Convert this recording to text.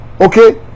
Okay